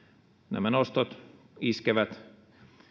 nämä nostot iskevät